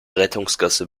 rettungsgasse